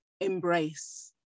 embrace